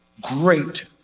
great